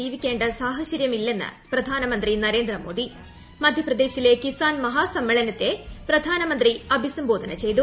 ജീവിക്കേണ്ട സാഹചര്യമില്ലെന്ന് പ്രധാനമന്ത്രി നരേന്ദ്രമോദി മധ്യപ്രദേശിലെ കിസാൻ മഹാസമ്മേളനത്തെ പ്രധാനമന്ത്രി അഭിസംബോധന ചെയ്തു